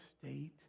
state